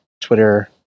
Twitter